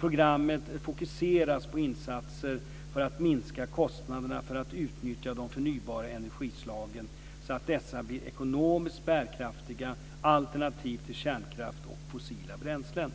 Programmet fokuseras på insatser för att minska kostnaderna för att utnyttja de förnybara energislagen så att dessa blir ekonomiskt bärkraftiga alternativ till kärnkraft och fossila bränslen.